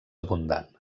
abundant